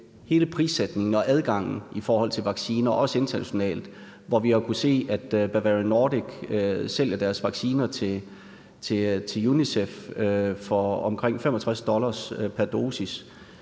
hele prissætningen og adgangen til vacciner også internationalt. Vi har kunnet se, at Bavarian Nordic sælger deres vacciner til UNICEF for omkring 65 dollar pr. dosis,